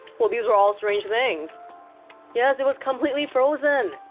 well, these are all strange things yes, it was completely frozen.